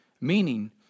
meaning